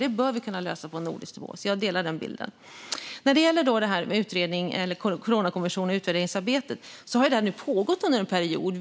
Detta bör vi kunna lösa på nordisk nivå; jag håller med om det. Detta med en coronakommission och utvärderingsarbetet har nu pågått under en period.